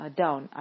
down